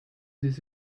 this